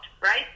Right